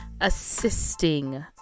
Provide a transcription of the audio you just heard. assisting